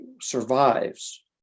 survives